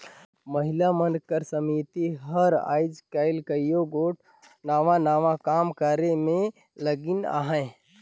महिला मन कर समिति मन हर आएज काएल कइयो गोट नावा नावा काम करे में लगिन अहें